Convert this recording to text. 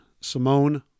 Simone